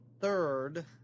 third